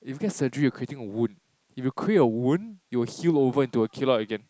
if get surgery creating a wound if you create a would you'll heal over into the keloid again